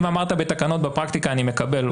אם אמרת בתקנות בפרקטיקה, אני מקבל.